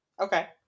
Okay